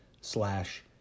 slash